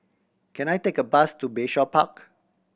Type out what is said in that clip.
can I take a bus to Bayshore Park